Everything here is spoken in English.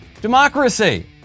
democracy